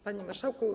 Panie Marszałku!